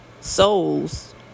souls